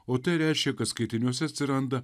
o tai reišia kad skaitiniuose atsiranda